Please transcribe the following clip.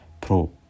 Pro